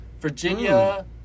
Virginia